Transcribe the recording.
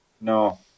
no